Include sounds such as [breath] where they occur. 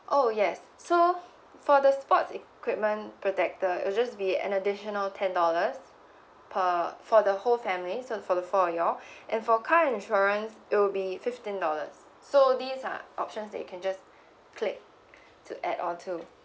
oh yes so for the sport equipment protector it'll just be an additional ten dollars per for the whole family so for the four of you all [breath] and for car insurance it will be fifteen dollars so these are options that you can just click to add on to